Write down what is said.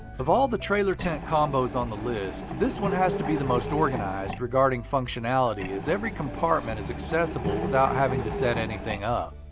of all the trailer-tent combos on the list, this one has to be the most organized regarding functionality as every compartment is accessible without having to set anything up.